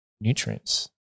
nutrients